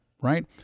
right